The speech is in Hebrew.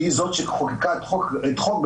שהיא זאת שחוקקה את חוק בן-גוריון,